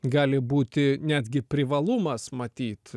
gali būti netgi privalumas matyt